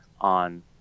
on